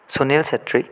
Sunil Chetri